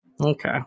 Okay